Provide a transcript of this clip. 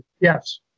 Yes